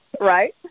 right